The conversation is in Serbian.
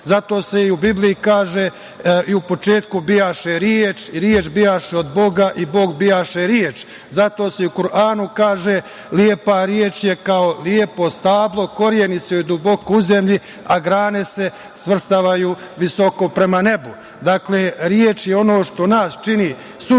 Zato se i u Bibliji kaže – u početku beše reč, reč beše od Boga i Bog beše reč. Zato se i u Kuranu kaže – lepa reč je kao lepo stablo, koreni su joj duboko u zemlji, a grane se svrstavaju visoko prema nebu. Dakle, reč je ono što nas čini suštinski